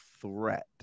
threat